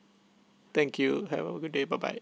thank you have a good day bye bye